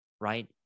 right